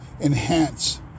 enhance